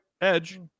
edge